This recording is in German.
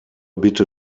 bitte